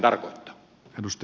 arvoisa puhemies